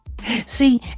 see